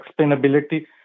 explainability